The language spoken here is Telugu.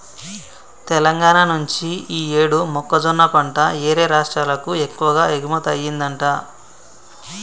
తెలంగాణా నుంచి యీ యేడు మొక్కజొన్న పంట యేరే రాష్టాలకు ఎక్కువగా ఎగుమతయ్యిందంట